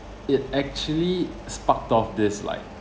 it actually sparked off this like